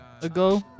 ago